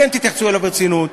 אתם תתייחסו אליו ברצינות,